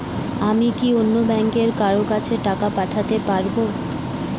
আমি কি অন্য ব্যাংকের কারো কাছে টাকা পাঠাতে পারেব?